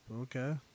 Okay